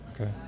Okay